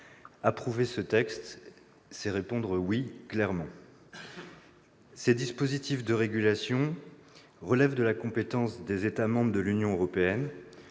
Approuver ce texte, c'est répondre oui. Ces dispositifs de régulation relèvent de la compétence des États membres de l'Union européenne.